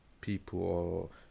people